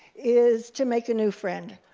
is to make a new friend.